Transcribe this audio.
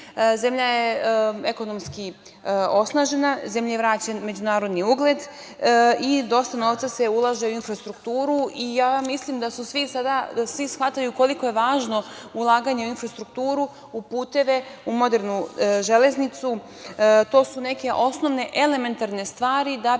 Zemlja je ekonomski osnažena, zemlji je vraćen međunarodni ugled i dosta novca se ulaže u infrastrukturu i ja mislim da svi shvataju koliko je važno ulaganje u infrastrukturu, u puteve, u modernu železnicu. To su neke osnovne, elementarne stvari da bismo